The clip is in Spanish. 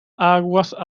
aguas